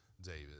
David